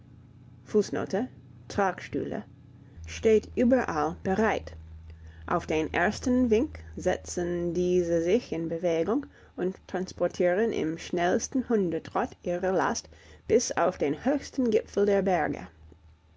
steht überall bereit auf den ersten wink setzen diese sich in bewegung und transportieren im schnellsten hundetrott ihre last bis auf den höchsten gipfel der berge